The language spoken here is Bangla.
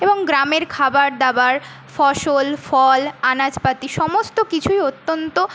এবং গ্রামের খাবার দাবার ফসল ফল আনাজপাতি সমস্ত কিছুই অত্যন্ত